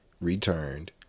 Returned